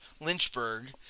Lynchburg